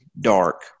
dark